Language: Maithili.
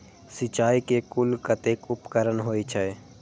सिंचाई के कुल कतेक उपकरण होई छै?